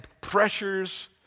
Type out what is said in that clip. pressures